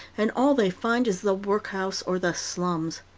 and all they find is the workhouse or the slums.